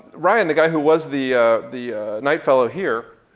ryan, the guy who was the the knight fellow here,